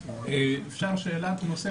אפשר שאלה אחת?